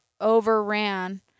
overran